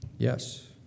Yes